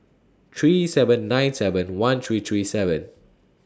three seven nine seven one three three seven